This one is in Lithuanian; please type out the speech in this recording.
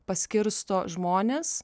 paskirsto žmones